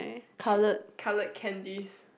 !shit! coloured candies